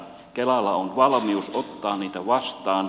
kelalla on valmius ottaa niitä vastaan